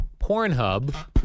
Pornhub